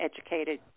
educated